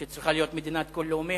שהיא צריכה להיות מדינת כל לאומיה,